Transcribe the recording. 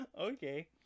Okay